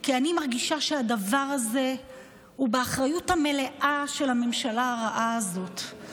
כי אני מרגישה שהדבר הזה הוא באחריות המלאה של הממשלה הרעה הזאת.